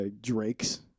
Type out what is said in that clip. drakes